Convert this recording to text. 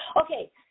Okay